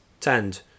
tend